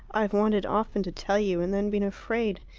i've wanted often to tell you, and then been afraid.